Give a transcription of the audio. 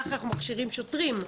לכך אנחנו מכשירים שוטרים.